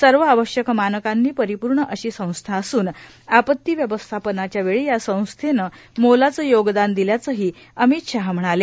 सर्व आवश्यक मानकांनी परिपूर्ण अशी संस्था असून आपती व्यवस्थापनाच्या वेळी या संस्थेनं मोलाचं योगदान दिल्याचंही अमित शाह म्हणाले